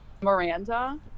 Miranda